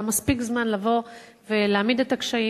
היה מספיק זמן לבוא ולהעמיד את הקשיים.